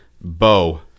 Bo